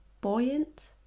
buoyant